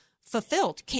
fulfilled